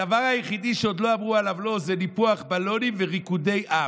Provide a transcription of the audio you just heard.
הדבר היחיד שעוד לא אמרו עליו לא זה ניפוח בלונים וריקודי עם.